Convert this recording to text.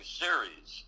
series